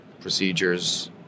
procedures